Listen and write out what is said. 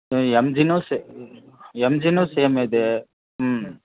M ಜಿನೂ ಸೇ M ಜಿನೂ ಸೇಮ್ ಇದೆ ಹ್ಞೂ